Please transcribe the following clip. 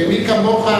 מי כמוך,